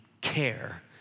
care